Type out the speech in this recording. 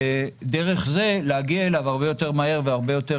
דרך זה להגיע אליו הרבה יותר מהר והרבה יותר